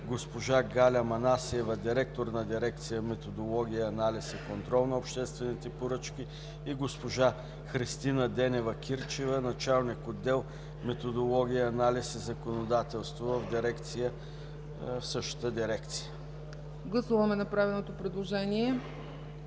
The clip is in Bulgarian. госпожа Галя Манасиева – директор на дирекция „Методология, анализ и контрол на обществените поръчки”, и госпожа Христина Денева Кирчева – началник на отдел „Методология, анализ и законодателство” в същата дирекция. ПРЕДСЕДАТЕЛ ЦЕЦКА ЦАЧЕВА: Гласуваме направеното предложение.